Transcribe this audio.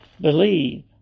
Believe